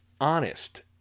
honest